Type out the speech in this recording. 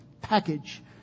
package